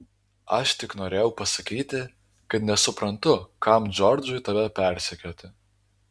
aš tik norėjau pasakyti kad nesuprantu kam džordžui tave persekioti